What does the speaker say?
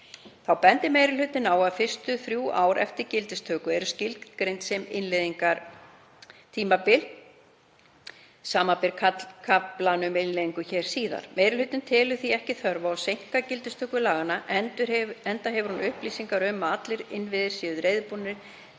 Þá bendir meiri hlutinn á að fyrstu þrjú ár eftir gildistöku eru skilgreind sem innleiðingartímabil, samanber kaflann um innleiðingu hér síðar. Meiri hlutinn telur því ekki þörf á að seinka gildistöku laganna enda hefur hún upplýsingar um að allir innviðir séu reiðubúnir